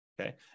Okay